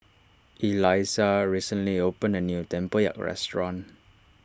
Elissa recently opened a new Tempoyak restaurant